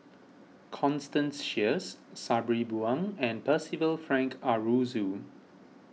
Constance Sheares Sabri Buang and Percival Frank Aroozoo